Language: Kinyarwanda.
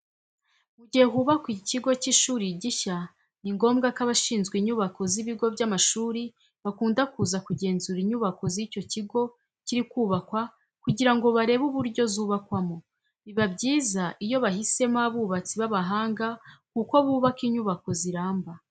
Mu gihe hubakwa ikigo cy'ishuri gishya ni ngombwa ko abashinzwe inyubako z'ibigo by'amashuri bakunda kuza kugenzura inyubako z'icyo kigo kiri kubakwa kugira ngo barebe uburyo zubakwamo. Biba byiza iyo bahisemo abubatsi b'abahanga kuko bubaka inyubako ziramba.